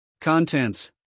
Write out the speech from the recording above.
Contents